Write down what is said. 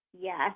Yes